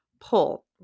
pull